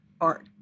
art